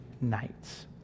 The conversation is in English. nights